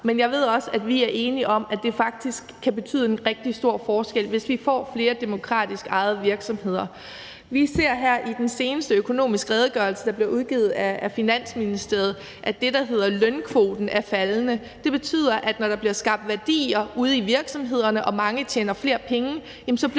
men jeg ved også, at vi er enige om, at det faktisk kan betyde en rigtig stor forskel, hvis vi får flere demokratisk ejede virksomheder. Vi ser her i den seneste økonomiske redegørelse, der bliver udgivet af Finansministeriet, at det, der hedder lønkvoten, er faldende. Det betyder, at når der bliver skabt værdier ude i virksomhederne og mange tjener flere penge, så bliver